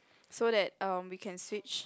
so that um we can switch